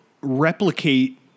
replicate